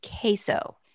queso